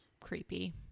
creepy